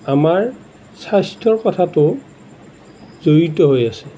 আমাৰ স্বাস্থ্যৰ কথাটো জড়িত হৈ আছে